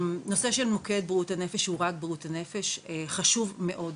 הנושא של מוקד בריאות הנפש שהוא רק בריאות הנפש הוא חשוב מאוד,